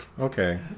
Okay